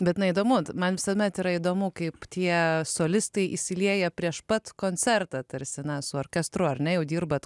bet neįdomu man visuomet yra įdomu kaip tie solistai įsilieja prieš pat koncertą tarsena su orkestru ar ne jau dirbate